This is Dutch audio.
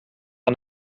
aan